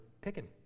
picking